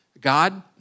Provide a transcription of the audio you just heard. God